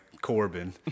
Corbin